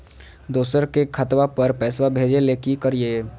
दोसर के खतवा पर पैसवा भेजे ले कि करिए?